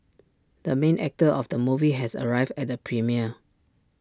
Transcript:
the main actor of the movie has arrived at the premiere